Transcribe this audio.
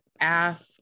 ask